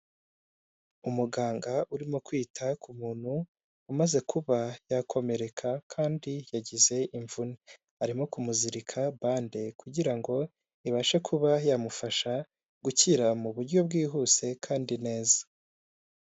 Umuganga urimo kwita ku muntu umaze kuba yakomereka kandi yagize imvune arimo kumuzirika bande kugirango ibashe kuba yamufasha gukira mu buryo bwihuse kandi neza.